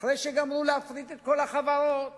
אחרי שגמרו להפריט את כל החברות